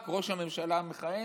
ראש הממשלה המכהן?